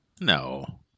No